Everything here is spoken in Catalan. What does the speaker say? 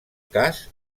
cas